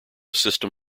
system